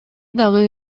дагы